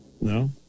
No